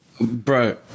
Bro